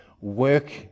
Work